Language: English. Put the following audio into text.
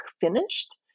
finished